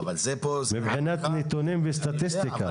מבחינת נתונים וסטטיסטיקה.